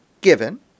given